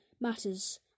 matters